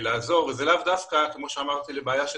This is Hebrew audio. כשיבואו אלינו בבקשת עזרה ולאו דווקא בבעיית נגישות.